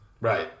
Right